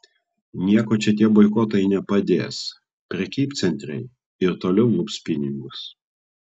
nieko čia tie boikotai nepadės prekybcentriai ir toliau lups pinigus